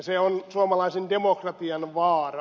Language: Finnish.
se on suomalaisen demokratian vaara